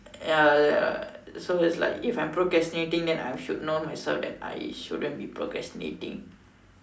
ya ya so it's like if I'm procrastinating then I should know myself that I shouldn't be procrastinating